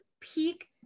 peak